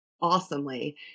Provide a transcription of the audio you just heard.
awesomely